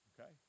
Okay